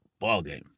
ballgame